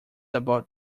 about